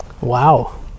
Wow